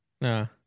No